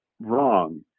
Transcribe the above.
wrong